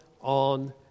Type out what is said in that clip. on